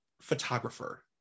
photographer